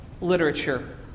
literature